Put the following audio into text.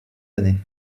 années